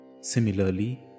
Similarly